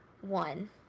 one